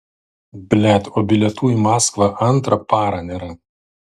blet o bilietų į maskvą antrą parą nėra